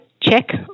check